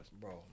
bro